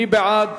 מי בעד?